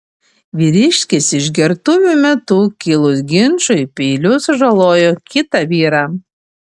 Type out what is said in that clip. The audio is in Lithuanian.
vyriškis išgertuvių metu kilus ginčui peiliu sužalojo kitą vyrą